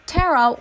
Tara